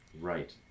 Right